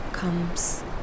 comes